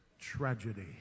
tragedy